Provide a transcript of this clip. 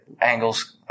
angles